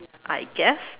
I guess